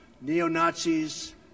neo-Nazis